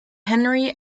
henry